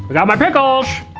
but got my pickles.